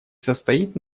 состоит